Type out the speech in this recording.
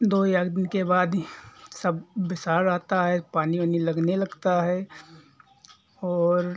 दो या एक दिन के बाद ही सब बिसार आता है पानी ओनी लगने लगता है और